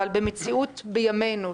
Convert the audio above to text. אבל במציאות של ימינו,